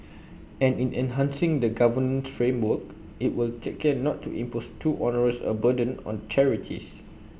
and in enhancing the governance framework IT will take care not to impose too onerous A burden on charities